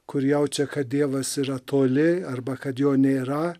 kur jaučia kad dievas yra toli arba kad jo nėra